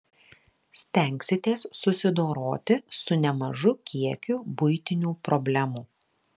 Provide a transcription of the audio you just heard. stengsitės susidoroti su nemažu kiekiu buitinių problemų